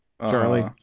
Charlie